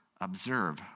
Observe